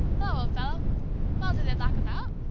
hello, old fellow! well, did they lock him out?